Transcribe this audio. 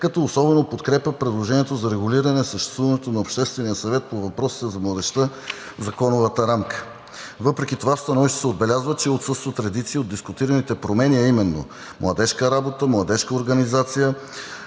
като особено подкрепя предложението за регулиране съществуването на Обществения съвет по въпросите за младежта в законовата рамка.“ Въпреки това в становището се отбелязва, че „отсъстват редица от дискутираните промени, а именно младежка работа, младежка организация,